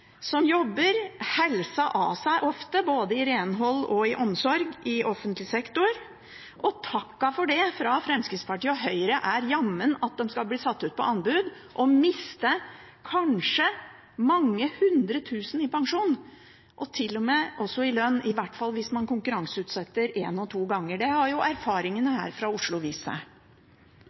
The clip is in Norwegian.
som jobber helsa av seg, ofte, både i renhold og i omsorg i offentlig sektor. Takken for det fra Fremskrittspartiet og Høyre er jammen at de skal bli satt ut på anbud og miste kanskje mange hundre tusen i pensjon, og til og med også i lønn, i hvert fall hvis man konkurranseutsetter én og to ganger. Det har erfaringene